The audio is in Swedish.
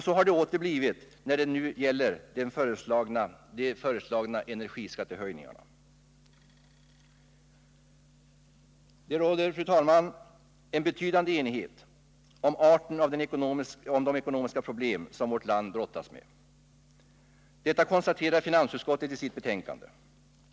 Så har det åter blivit när det gäller de nu föreslagna energiskattehöjningarna. Det råder, fru talman, en betydande enighet om arten av de ekonomiska problem som vårt land brottas med. Detta konstaterar finansutskottet i sitt betänkande.